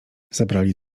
zabrali